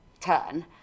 turn